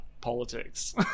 politics